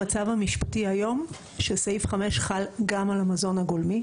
המצב המשפטי היום שסעיף 5 חל גם על המזון הגולמי,